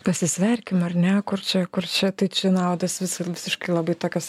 pasisverkim ar ne kur čia kur čia tai čia naudos visur visiškai labai tokios